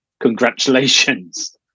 congratulations